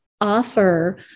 offer